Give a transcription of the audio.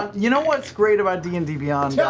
you know what's great about d and d beyond, yeah